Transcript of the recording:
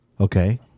Okay